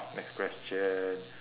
oh next question